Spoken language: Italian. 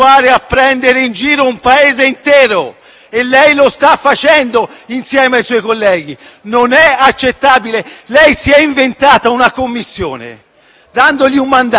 e lei lo sta facendo insieme ai suoi colleghi. Non è accettabile. Lei si è inventato una commissione, dandogli un mandato in maniera quasi formale,